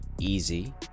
easy